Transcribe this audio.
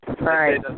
right